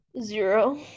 Zero